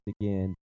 again